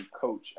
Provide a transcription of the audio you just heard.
coach